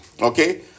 Okay